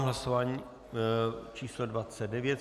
Hlasování číslo 29.